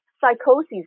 psychosis